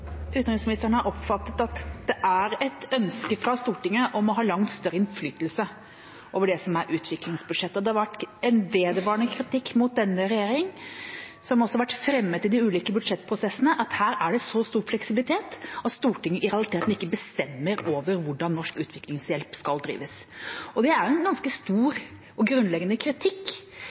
et ønske fra Stortinget om å ha langt større innflytelse over det som er utviklingsbudsjettet. Det har vært en vedvarende kritikk mot denne regjering, som også har vært fremmet i de ulike budsjettprosessene, at her er det så stor fleksibilitet at Stortinget i realiteten ikke bestemmer over hvordan norsk utviklingshjelp skal drives. Det er en ganske stor og grunnleggende kritikk.